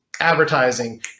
Advertising